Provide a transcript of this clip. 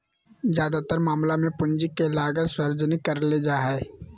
ज्यादातर मामला मे पूंजी के लागत सार्वजनिक करले जा हाई